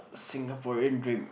Singaporean dream